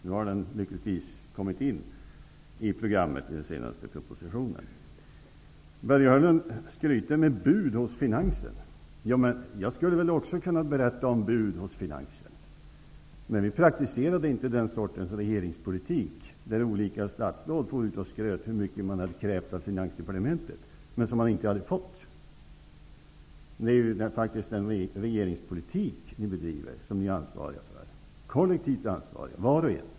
Nu har den lyckligtvis kommit in i programmet i den senaste propositionen. Börje Hörnlund skryter med bud hos finansen. Jag skulle också kunna berätta om bud hos finansen. Men vi praktiserade inte den sortens regeringspolitik där olika statsråd far ut och skryter om hur mycket de har krävt av Finansdepartementet, men inte fått. Det är faktiskt den regeringspolitik ni bedriver som ni var och en är kollektivt ansvariga för.